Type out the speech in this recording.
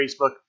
Facebook